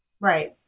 Right